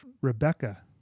Rebecca